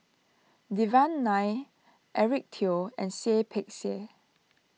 Devan Nair Eric Teo and Seah Peck Seah